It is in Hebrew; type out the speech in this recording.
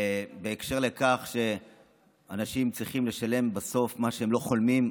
בקשר לכך שאנשים צריכים לשלם בסוף מה שהם לא חולמים,